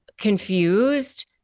confused